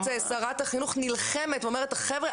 אני רואה את שרת החינוך נלחמת ואומר חבר'ה,